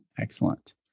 Excellent